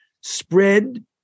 spread